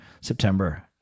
September